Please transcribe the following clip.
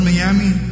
Miami